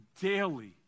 daily